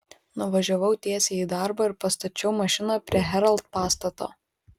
nuvažiavau tiesiai į darbą ir pastačiau mašiną prie herald pastato